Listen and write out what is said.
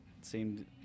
seemed